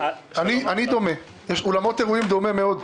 אנחנו באולמות האירועים דומים מאוד.